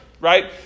right